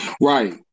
Right